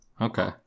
Okay